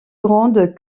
grande